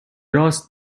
راست